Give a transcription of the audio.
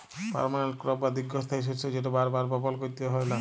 permanent crop বা দীঘ্ঘস্থায়ী শস্য যেট বার বার বপল ক্যইরতে হ্যয় লা